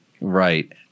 Right